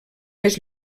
més